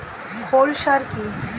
খৈল সার কি?